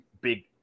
big